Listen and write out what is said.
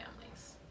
families